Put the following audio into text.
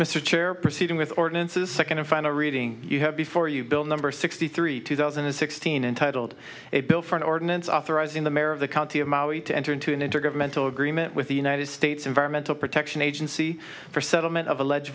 mr chair proceeding with ordinances second to find a reading you have before you bill number sixty three two thousand and sixteen entitled a bill for an ordinance authorizing the mayor of the county of maui to enter into an intergovernmental agreement with the united states environmental protection agency for settlement of alleged